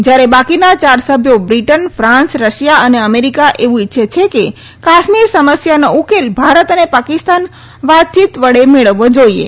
જ્યારે બાકીના યાર સભ્યો બ્રિટન ફાન્સ રશિયા અને અમેરિકા એવું ઇચ્છે છે કે કાશ્મીર સમસ્યાનો ઉકેલ ભારત અને પાકિસ્તાન વાતયીત વડે મેળવવો જાઈએ